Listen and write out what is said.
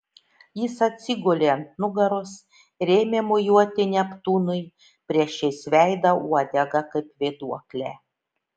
jis atsigulė ant nugaros ir ėmė mojuoti neptūnui priešais veidą uodega kaip vėduokle